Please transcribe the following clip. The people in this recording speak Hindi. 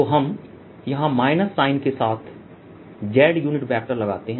तो हम यहाँ माइनस साइन के साथ Z यूनिट वेक्टर लगाते हैं